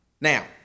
Now